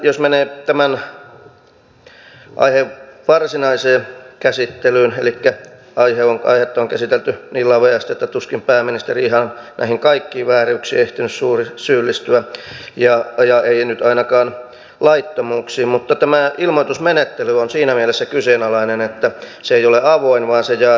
jos menee tämän aiheen varsinaiseen käsittelyyn aihetta on käsitelty niin laveasti että tuskin pääministeri ihan näihin kaikkiin vääryyksiin on ehtinyt syyllistyä ja ei nyt ainakaan laittomuuksiin mutta tämä ilmoitusmenettely on siinä mielessä kyseenalainen että se ei ole avoin vaan se jää avoimeksi